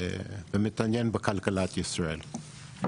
ומתעניין בכלכלת ישראל.